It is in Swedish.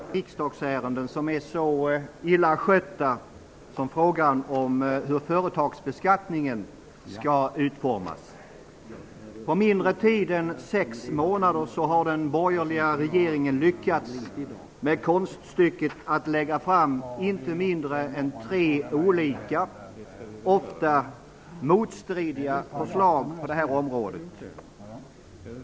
Herr talman! Det finns nog inte många riksdagsärenden som är så illa skötta som frågan om hur företagsbeskattningen skall utformas. På mindre tid än sex månader har den borgerliga regeringen lyckats med konststycket att lägga fram inte mindre än tre olika, ofta motstridiga, förslag på detta område.